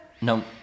No